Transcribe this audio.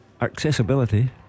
Accessibility